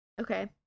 okay